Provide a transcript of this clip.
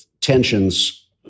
tensions